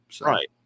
Right